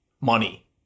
money